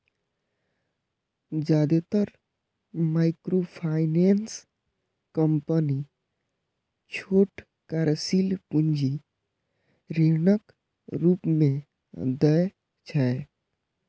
जादेतर microfinance company छोट कार्यशील पूंजी ऋणक रूप मे दै छै